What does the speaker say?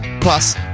plus